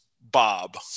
Bob